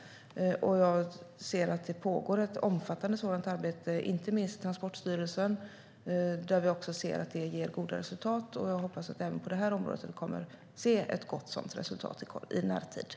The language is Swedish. Jag ser också att det pågår ett omfattande sådant arbete, inte minst inom Transportstyrelsen där vi ser att det ger goda resultat. Jag hoppas att vi i närtid kommer att se ett gott resultat även på det här området.